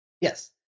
Yes